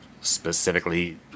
Specifically